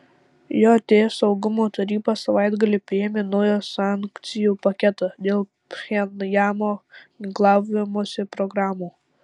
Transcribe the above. jt saugumo taryba savaitgalį priėmė naują sankcijų paketą dėl pchenjano ginklavimosi programų